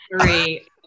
three